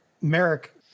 Merrick